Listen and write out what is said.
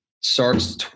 starts